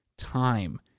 Time